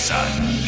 Son